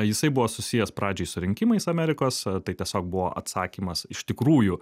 jisai buvo susijęs pradžioj su rinkimais amerikos tai tiesiog buvo atsakymas iš tikrųjų